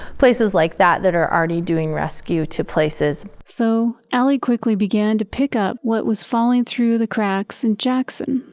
places like that that are already doing rescue to places. so ali quickly began to pick up what was falling through the cracks in jackson.